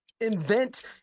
invent